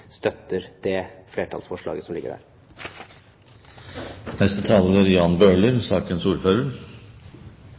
støtter det flertallsforslaget som ligger